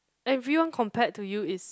everyone compared to you is